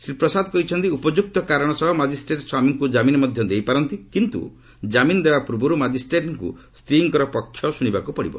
ଶ୍ରୀ ପ୍ରସାଦ କହିଛନ୍ତି ଉପଯୁକ୍ତ କାରଣ ସହ ମାଜିଷ୍ଟ୍ରେଟ୍ ସ୍ୱାମୀଙ୍କୁ ଜାମିନ ମଧ୍ୟ ଦେଇପାରନ୍ତି କିନ୍ତୁ ଜାମିନ ଦେବା ପୂର୍ବରୁ ମାଜିଷ୍ଟ୍ରେଟ୍ଙ୍କୁ ସ୍ୱୀଙ୍କର ପକ୍ଷ ଶୁଣିବାକୁ ପଡ଼ିବ